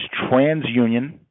TransUnion